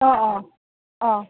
অঁ অঁ অঁ